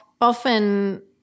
often